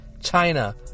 China